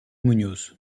muñoz